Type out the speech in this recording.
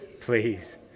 please